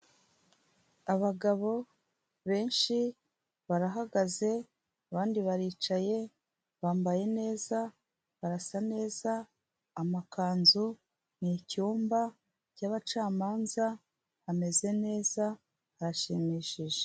Abagabo benshi barahagaze abandi baricaye, bambaye neza, barasa neza, amakanzu n'icyumba cyabacamanza, hameze neza harashimishije.